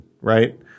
right